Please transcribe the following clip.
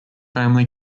family